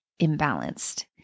imbalanced